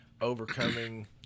overcoming